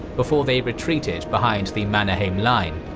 before they retreated behind the mannerheim line.